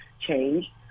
Change